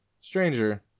Stranger